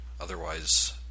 otherwise